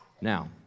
Now